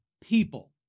People